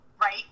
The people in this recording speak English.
Right